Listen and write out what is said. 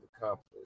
accomplished